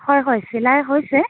হয় হয় চিলাই হৈছে